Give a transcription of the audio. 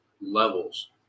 levels